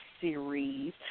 series